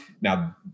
Now